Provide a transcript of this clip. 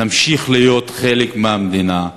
נמשיך להיות חלק מהמדינה.